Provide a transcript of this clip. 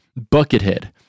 Buckethead